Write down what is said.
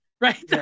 right